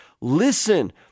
Listen